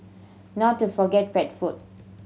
not to forget pet food